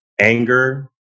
anger